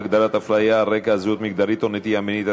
הגדרת הפליה על רקע זהות מגדרית או נטייה מינית),